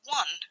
one